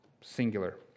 singular